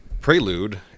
prelude